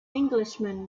englishman